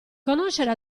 conoscere